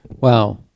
Wow